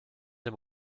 dem